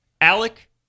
Alec